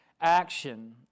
action